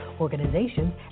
organizations